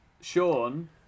Sean